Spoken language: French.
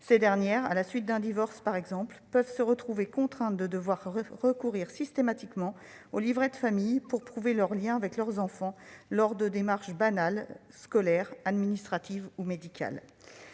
Ces dernières, à la suite d'un divorce par exemple, peuvent se retrouver contraintes de recourir systématiquement au livret de famille pour prouver leur lien avec leurs enfants lors de démarches banales : scolaires, administratives ou médicales.